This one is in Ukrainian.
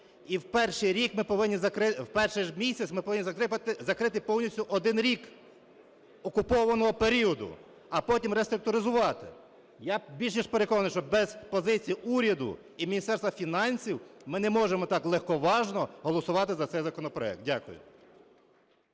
в перший же місяць ми повинні закрити повністю 1 рік окупованого періоду, а потім реструктуризувати. Я більш ніж переконаний, що без позиції уряду і Міністерства фінансів ми не можемо так легковажно голосувати за цей законопроект. Дякую.